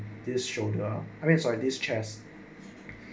this shoulder I mean is like these chests